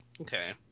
Okay